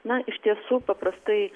na iš tiesų paprastai